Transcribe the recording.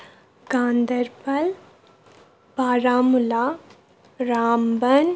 Ganderbal Baramulla Ramban